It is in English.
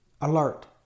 Alert